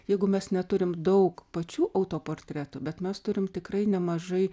jeigu mes neturim daug pačių autoportretų bet mes turim tikrai nemažai